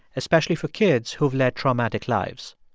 especially for kids who have led traumatic lives.